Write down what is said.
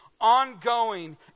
ongoing